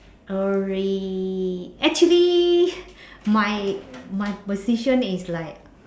actually my my position is like